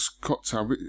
cocktail